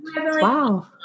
Wow